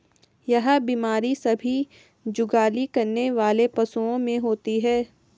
यह बीमारी सभी जुगाली करने वाले पशुओं में होती है